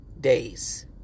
days